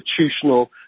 institutional